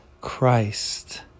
Christ